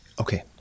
Okay